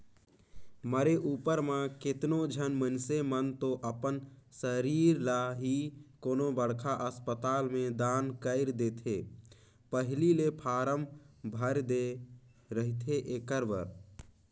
मरे उपर म केतनो झन मइनसे मन तो अपन सरीर ल ही कोनो बड़खा असपताल में दान कइर देथे पहिली ले फारम भर दे रहिथे एखर बर